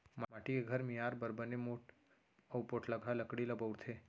माटी के घर मियार बर बने मोठ अउ पोठलगहा लकड़ी ल बउरथे